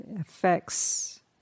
affects